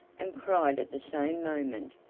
and cried at the same moment,